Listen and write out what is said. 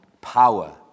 power